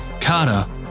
Carter